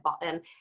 button